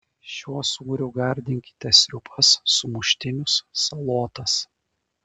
šiuo sūriu gardinkite sriubas sumuštinius salotas